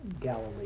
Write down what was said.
Galilee